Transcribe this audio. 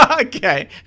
Okay